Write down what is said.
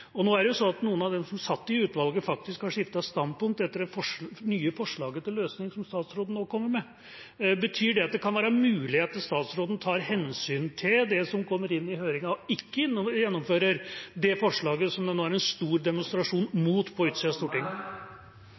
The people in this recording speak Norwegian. Nå er det jo sånn at noen av dem som satt i utvalget, faktisk har skiftet standpunkt etter det nye forslaget til løsning som statsråden nå kommer med. Betyr det at det kan være mulig at statsråden tar hensyn til det som kommer inn i høringen og ikke gjennomfører det forslaget som det nå er en stor demonstrasjon mot på